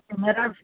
camera